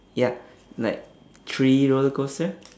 ya like three roller coaster